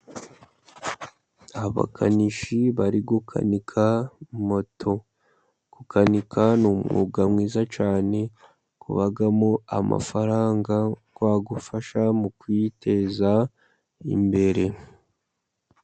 Abakanishi bari gukanika moto. Gukanika ni umwuga mwiza cyane ubamo amafaranga yagufasha mu kwiteza imbere.